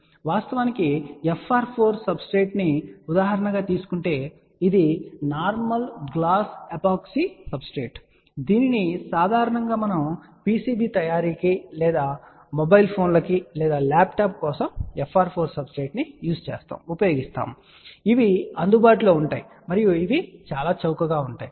కాబట్టి వాస్తవానికి FR4 substrate ను ఉదాహరణగా తీసుకుంటే ఇది నార్మల్ గ్లాస్ ఎపోక్సీ సబ్స్ట్రేట్ దీనిని సాధారణంగా పిసిబి తయారీకి లేదా మీ మొబైల్ ఫోన్లు లేదా ల్యాప్టాప్ కోసం FR4 సబ్ స్ట్రేట్ ను ఉపయోగిస్తారు ఇవి అందుబాటులో ఉంటాయి మరియు అవి చాలా చౌకగా ఉంటాయి